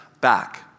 back